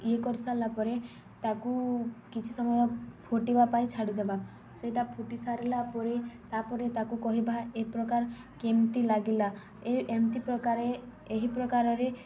ଇଏ କରିସାରିଲା ପରେ ତାକୁ କିଛି ସମୟ ଫୁଟିବା ପାଇଁ ଛାଡ଼ିଦେବା ସେଇଟା ଫୁଟି ସାରିଲା ପରେ ତାପରେ ତାକୁ କହିବା ଏ ପ୍ରକାର କେମିତି ଲାଗିଲା ଏ ଏମିତି ପ୍ରକାରେ ଏହି ପ୍ରକାରରେ